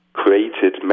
created